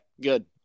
good